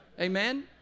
amen